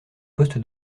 poste